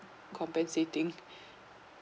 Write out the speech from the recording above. compensating